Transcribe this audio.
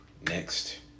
next